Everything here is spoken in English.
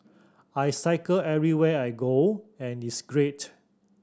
I cycle everywhere I go and it's great